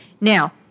Now